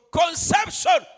conception